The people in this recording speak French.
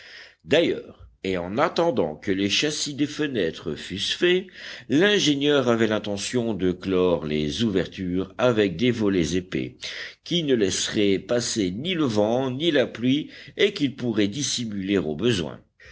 d'ailleurs et en attendant que les châssis des fenêtres fussent faits l'ingénieur avait l'intention de clore les ouvertures avec des volets épais qui ne laisseraient passer ni le vent ni la pluie et qu'il pourrait dissimuler au besoin